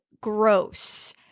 gross